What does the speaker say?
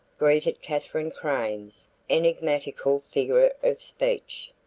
greeted katherine crane's enigmatical figure of speech.